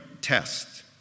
test